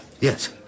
Yes